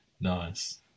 Nice